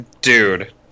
Dude